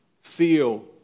feel